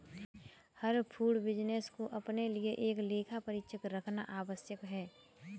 हर food business को अपने लिए एक लेखा परीक्षक रखना आवश्यक है